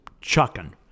chucking